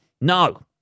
No